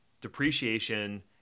depreciation